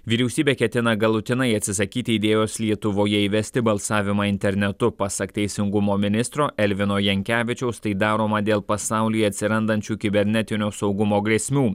vyriausybė ketina galutinai atsisakyti idėjos lietuvoje įvesti balsavimą internetu pasak teisingumo ministro elvino jankevičiaus tai daroma dėl pasaulyje atsirandančių kibernetinio saugumo grėsmių